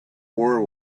war